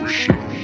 show